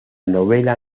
novela